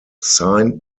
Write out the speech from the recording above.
sign